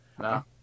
No